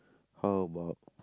how about